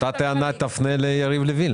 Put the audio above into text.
אותה טענה תפנה ליריב לוין,